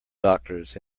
doctors